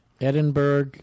Edinburgh